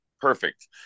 Perfect